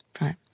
Right